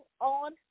on